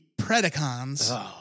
Predacons